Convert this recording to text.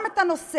גם את הנושא